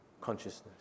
consciousness